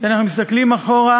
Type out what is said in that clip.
אנחנו מסתכלים אחורה